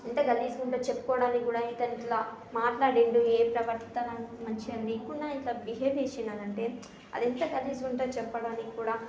ఎంత గలీజ్గా ఉంటుంది చెప్పుకోవడానికి కూడా ఇతను ఇట్లా మాట్లాడాడు ఏం ప్రవర్తన మంచిగా లేకుండా ఇట్లా బిహేవ్ చేసాడు అని అంటే అది ఎంత గలీజ్గా ఉంటుంది చెప్పడానికి కూడా